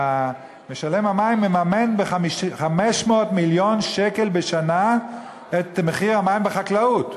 משלם המים מממן ב-500 מיליון שקל בשנה את מחיר המים בחקלאות.